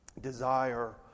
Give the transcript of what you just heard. Desire